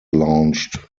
launched